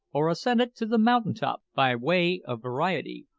or ascended to the mountain-top by way of variety,